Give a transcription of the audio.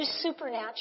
supernatural